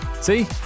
See